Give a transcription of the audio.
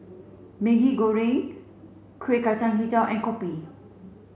Maggi Goreng Kuih Kacang Hijau and Kopi